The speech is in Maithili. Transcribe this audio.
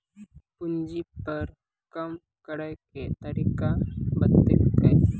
पूंजी कर कम करैय के तरीका बतैलकै